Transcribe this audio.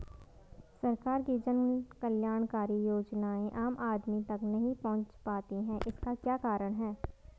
सरकार की जन कल्याणकारी योजनाएँ आम आदमी तक नहीं पहुंच पाती हैं इसका क्या कारण है?